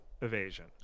evasion